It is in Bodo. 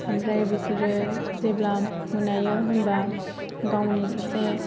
ओमफ्राय बिसोरो जेब्ला मोनायो होनबा गावनि सासे